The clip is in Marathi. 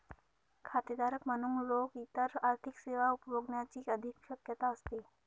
खातेधारक म्हणून लोक इतर आर्थिक सेवा उपभोगण्याची अधिक शक्यता असते